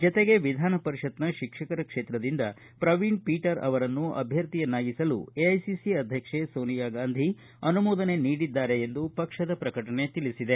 ಜತೆಗೆ ವಿಧಾನಪರಿಷತ್ನ ಶಿಕ್ಷಕರ ಕ್ಷೇತ್ರದಿಂದ ಪ್ರವೀಣ ಪೀಟರ್ ಅವರನ್ನು ಅಭ್ವರ್ಥಿಯನ್ನಾಗಿಸಲು ವಿಐಸಿಸಿ ಅಧ್ಯಕ್ಷ ಸೋನಿಯಾ ಗಾಂಧಿ ಅನುಮೋದನೆ ನೀಡಿದ್ದಾರೆ ಎಂದು ಪಕ್ಷದ ಪ್ರಕಟಣೆ ತಿಳಿಸಿದೆ